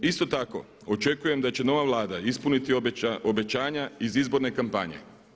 Isto tako očekujem da će nova Vlada ispuniti obećanja iz izborne kampanje.